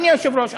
אדוני היושב-ראש,